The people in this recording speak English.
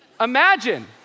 Imagine